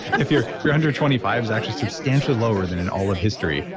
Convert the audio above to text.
if you're you're under twenty five, it's actually substantially lower than in all of history,